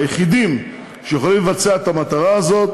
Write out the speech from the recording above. היחידים שיכולים לבצע את המטרה הזאת